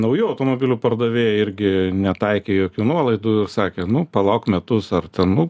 naujų automobilių pardavėjai irgi netaikė jokių nuolaidų sakė nu palauk metus ar ten nu